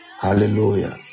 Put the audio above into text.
Hallelujah